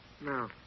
No